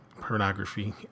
pornography